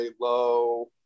low